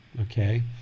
okay